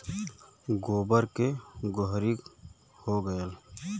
गोबर के गोहरी हो गएल